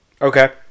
Okay